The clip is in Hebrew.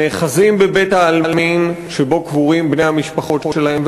נאחזים בבית-העלמין שבו קבורים בני המשפחות שלהם,